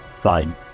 Fine